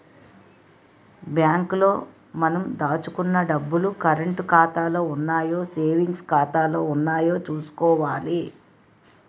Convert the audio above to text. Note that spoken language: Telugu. బ్యాంకు లో మనం దాచుకున్న డబ్బులు కరంటు ఖాతాలో ఉన్నాయో సేవింగ్స్ ఖాతాలో ఉన్నాయో చూసుకోవాలి